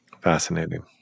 Fascinating